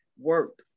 work